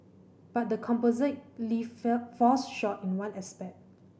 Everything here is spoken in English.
but the composite lift falls short in one aspect